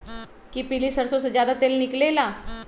कि पीली सरसों से ज्यादा तेल निकले ला?